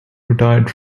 retired